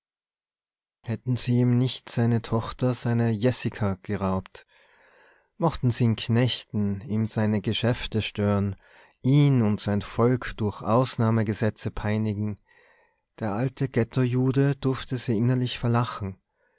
hätten sie ihm nicht seine tochter seine jessika geraubt mochten sie ihn knechten ihm seine geschäfte stören ihn und sein volk durch ausnahmegesetze peinigen der alte ghettojude durfte sie innerlich verlachen